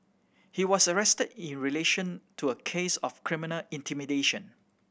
he was arrested in relation to a case of criminal intimidation